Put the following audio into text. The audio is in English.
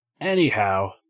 Anyhow